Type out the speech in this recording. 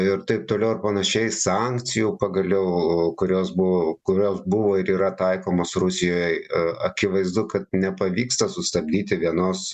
ir taip toliau ir panašiai sankcijų pagaliau kurios buvo kurios buvo ir yra taikomos rusijai akivaizdu kad nepavyksta sustabdyti vienos